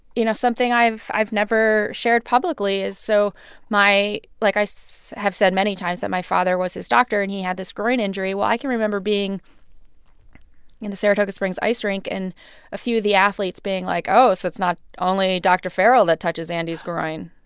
you know, something i've i've never shared publicly is so my like i so have said many times, that my father was his doctor and he had this groin injury. well, i can remember being in the saratoga springs ice rink and a few of the athletes being like, oh, so it's not only dr. farrell that touches andy's groin.